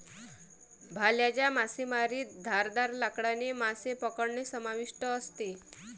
भाल्याच्या मासेमारीत धारदार लाकडाने मासे पकडणे समाविष्ट असते